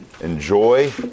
enjoy